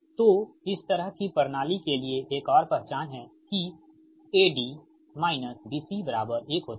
तो इस तरह की प्रणाली के लिए एक और पहचान है कि AD BC 1 होता है